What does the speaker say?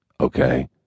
Okay